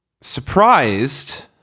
surprised